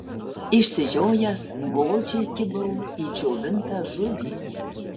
išsižiojęs godžiai kibau į džiovintą žuvį